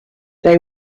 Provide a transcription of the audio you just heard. they